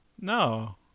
No